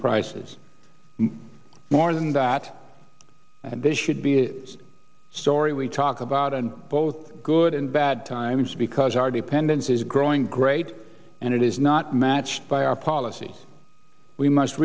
prices more than that they should be a story we talk about on both good and bad times because our dependence is growing great and it is not matched by our policy we must